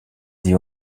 die